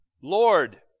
Lord